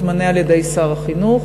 מתמנה על-ידי שר החינוך,